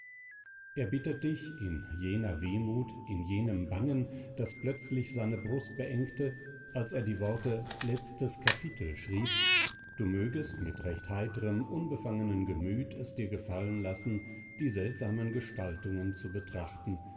er bittet dich in jener wehmut in jenem bangen das plötzlich seine brust beengte als er die worte letztes kapitel schrieb du mögest mit recht heitrem unbefangenem gemüt es dir gefallen lassen die seltsamen gestaltungen zu betrachten